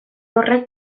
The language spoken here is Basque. horrek